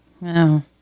No